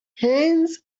hands